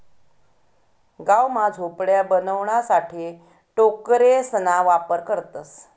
गाव मा झोपड्या बनवाणासाठे टोकरेसना वापर करतसं